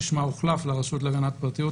ששמה הוחלף לרשות להגנת הפרטיות,